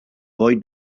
boy